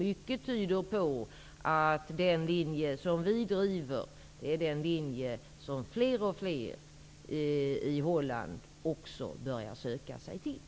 Mycket tyder på att den linje som vi driver är den som fler och fler i Holland också börjar söka sig till.